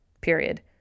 period